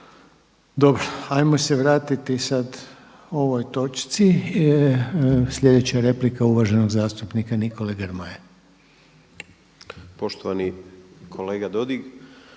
Dobro, ajmo se vratiti sada ovoj točci. Sljedeća replika je uvaženog zastupnika Nikole Grmoje. **Grmoja, Nikola